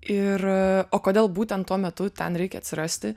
ir o kodėl būtent tuo metu ten reikia atsirasti